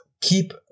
keep –